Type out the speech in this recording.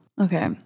Okay